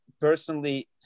personally